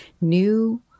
new